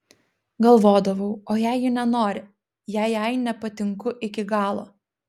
galvodavau o jei ji nenori jei jai nepatinku iki galo